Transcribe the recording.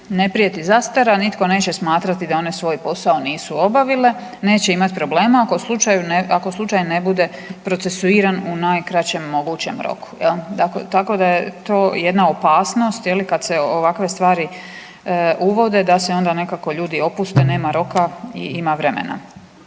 ne prijeti zastara, nitko neće smatrati da one svoj posao nisu obavile, neće imati problema ako slučajno ne bude procesuiran u najkraćem mogućem roku. Je li, tako da je to jedna opasnost, je li, kad se ovakve stvari uvode, da se onda nekako ljudi opuste, nema roka i ima vremena.